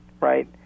Right